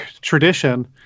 tradition